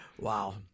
Wow